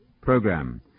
program